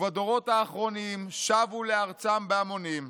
ובדורות האחרונים שבו לארצם בהמונים,